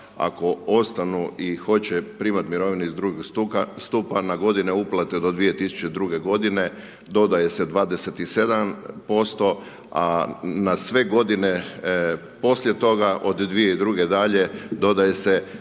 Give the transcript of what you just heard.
ako ostanu i hoće primati mirovinu iz drugog stupa, na godine uplate do 2002. g. dodaje se 27% a na sve godine poslije toga od 2002. dalje, dodaje se